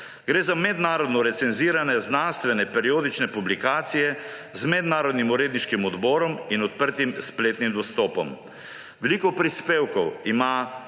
Gre za mednarodno recenzirane znanstvene periodične publikacije z mednarodnim uredniškim odborom in odprtim spletnim dostopom. Veliko prispevkov ima